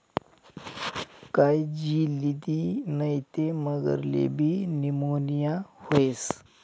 कायजी लिदी नै ते मगरलेबी नीमोनीया व्हस